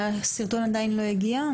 הסרטון עדיין לא הגיע.